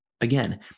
again